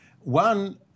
one